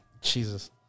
Jesus